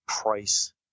price